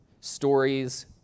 stories